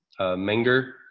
Menger